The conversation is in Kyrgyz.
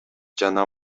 жана